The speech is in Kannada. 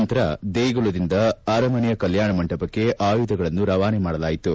ನಂತರ ದೇಗುಲದಿಂದ ಅರಮನೆಯ ಕಲ್ಲಾಣ ಮಂಟಪಕ್ಕೆ ಆಯುಧಗಳನ್ನು ರವಾನೆ ಮಾಡಲಾಯಿತು